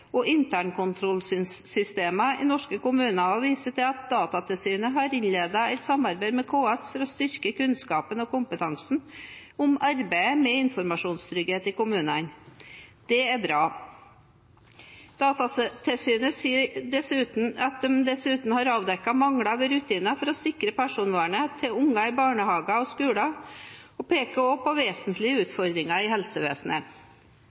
og internkontrollsystemene i norske kommuner, og at Datatilsynet har innledet et samarbeid med KS for å styrke kunnskapen og kompetansen om arbeidet med informasjonstrygghet i kommunene. Det er bra. Datatilsynet sier at de dessuten har avdekket mangler ved rutinene for å sikre personvernet til barna i barnehager og skoler og peker også på vesentlige utfordringer i helsevesenet.